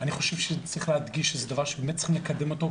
אני חושב שצריך להדגיש שזה דבר שבאמת צריך לקדם אותו,